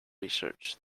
research